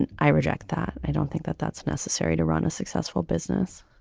and i reject that. i don't think that that's necessary to run a successful business